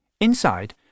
Inside